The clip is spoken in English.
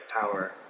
power